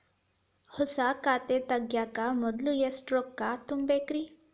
ಹೊಸಾ ಖಾತೆ ತಗ್ಯಾಕ ಮೊದ್ಲ ಎಷ್ಟ ರೊಕ್ಕಾ ತುಂಬೇಕ್ರಿ?